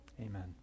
amen